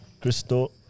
Crystal